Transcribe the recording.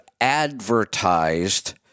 advertised